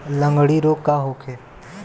लगंड़ी रोग का होखे?